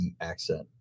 accent